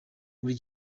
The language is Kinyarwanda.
muri